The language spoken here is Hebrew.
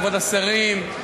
כבוד השרים,